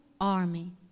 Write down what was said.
army